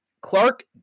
Clark